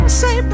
say